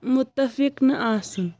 مُتفق نہٕ آسُن